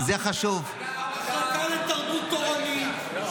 המחלקה לתרבות תורנית.